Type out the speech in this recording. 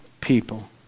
people